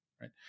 right